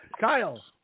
Kyle